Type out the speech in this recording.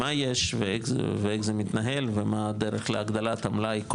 מה יש ואיך זה מתנהל ומה הדרך להגדלת המלאי,